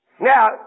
Now